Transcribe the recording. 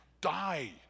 die